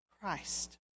Christ